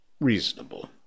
reasonable